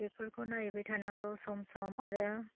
बेफोरखौ नायहैबाय थानांगौ सम सम आरो